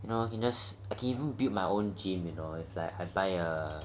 you know I can just I can even build my own gym you know I buy a